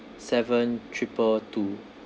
seven triple two